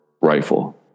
rifle